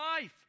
life